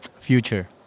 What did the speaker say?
Future